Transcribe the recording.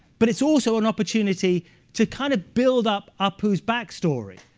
but it's also an opportunity to kind of build up apu's back story.